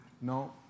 no